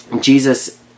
Jesus